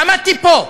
עמדתי פה,